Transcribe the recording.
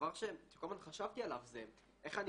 הדבר שכל הזמן חשבתי עליו זה איך אני